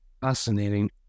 fascinating